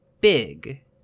big